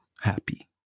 happy